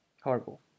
Horrible